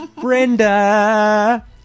Brenda